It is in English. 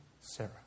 Sarah